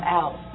out